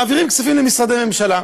מעבירים כספים למשרדי ממשלה.